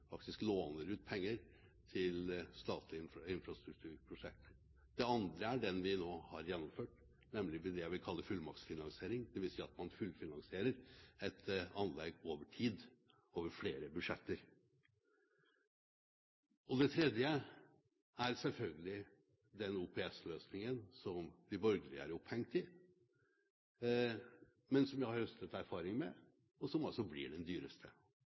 faktisk låner ut penger til statlige infrastrukturprosjekt. Den andre er den vi nå har gjennomført, det jeg vil kalle fullmaktsfinansiering, dvs. at man fullfinansierer et anlegg over tid over flere budsjetter. Og den tredje er selvfølgelig den OPS-løsningen som de borgerlige er opphengt i, men som vi har høstet erfaring med, og som altså blir den dyreste.